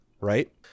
right